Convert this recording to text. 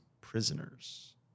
Prisoners